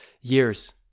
years